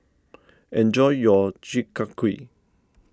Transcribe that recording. enjoy your Chi Kak Kuih